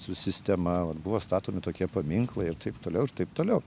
su sistema buvo statomi tokie paminklai ir taip toliau ir taip toliau